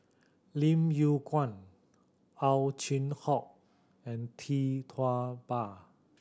Lim Yew Kuan Ow Chin Hock and Tee Tua Ba